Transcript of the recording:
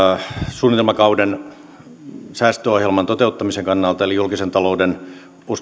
suunnitelmakauden säästöohjelman toteuttamisen kannalta eli julkisen talouden